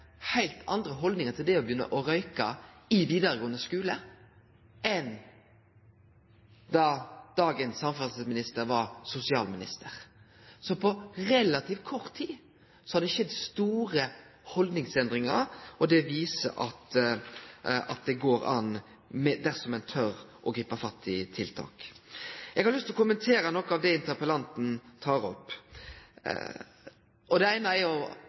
heilt andre haldningar i vidaregåande skule til det å begynne å røykje enn da samferdselsministeren var sosialminister. Så på relativt kort tid har det skjedd store haldningsendringar. Det viser at det går an dersom ein tør å gripe fatt i tiltak. Eg har lyst til å kommentere noko av det interpellanten tek opp. Det viktigaste er